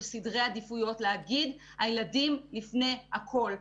סדרי עדיפויות להגיד הילדים לפני הכול.